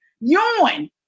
Yawn